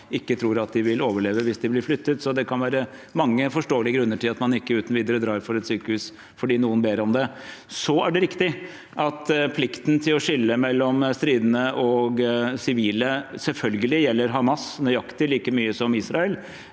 ikke tror at de vil overleve hvis de blir flyttet. Så det kan være mange forståelige grunner til at man ikke uten videre drar fra et sykehus fordi noen ber om det. Så er det riktig at plikten til å skille mellom stridende og sivile selvfølgelig gjelder Hamas nøyaktig like mye som Israel,